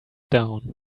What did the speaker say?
down